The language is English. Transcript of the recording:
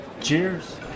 Cheers